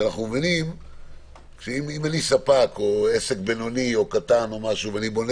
אם אני ספק או עסק בינוני או קטן שבונה